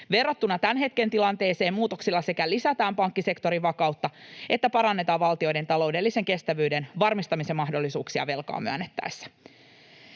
Verrattuna tämän hetken tilanteeseen muutoksilla sekä lisätään pankkisektorin vakautta että parannetaan valtioiden taloudellisen kestävyyden varmistamisen mahdollisuuksia velkaa myönnettäessä.